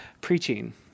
preaching